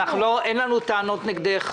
אין לנו טענות נגדך,